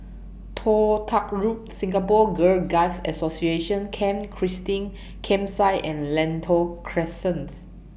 Toh Tuck Road Singapore Girl Guides Association Camp Christine Campsite and Lentor Crescents